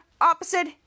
Opposite